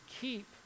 keep